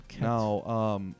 Now